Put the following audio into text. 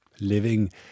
living